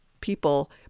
people